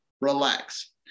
relax